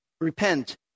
repent